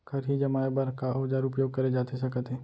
खरही जमाए बर का औजार उपयोग करे जाथे सकत हे?